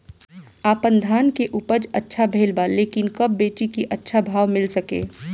आपनधान के उपज अच्छा भेल बा लेकिन कब बेची कि अच्छा भाव मिल सके?